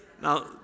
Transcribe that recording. Now